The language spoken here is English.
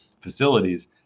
facilities